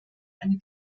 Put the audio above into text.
eine